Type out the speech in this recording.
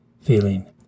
feeling